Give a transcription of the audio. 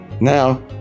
now